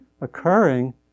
occurring